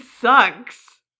sucks